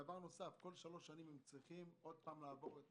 דבר נוסף, בכל שלוש שנים הם צריכים לעבור שוב את